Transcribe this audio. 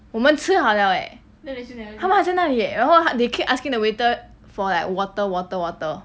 我们吃好 liao eh 他们还在那里 eh 然后他 they keep asking the waiter for like water water water